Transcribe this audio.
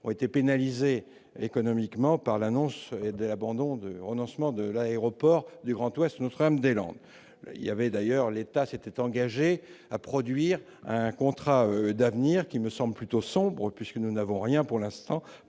ont été pénalisés économiquement par l'annonce de l'abandon de renoncement de l'aéroport du Grand Ouest Notre-Dame-des-Landes il y avait d'ailleurs l'État s'était engagé à produire un contrat d'avenir qui me semble plutôt sombre, puisque nous n'avons rien pour l'instant